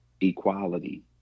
equality